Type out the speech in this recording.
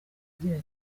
agira